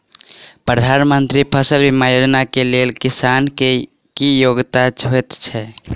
प्रधानमंत्री फसल बीमा योजना केँ लेल किसान केँ की योग्यता होइत छै?